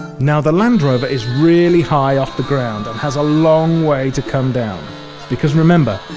now the land rover is really high off the ground and has a long way to come down because remember,